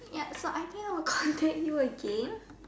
ya so I think I would contact you again